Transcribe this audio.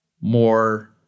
more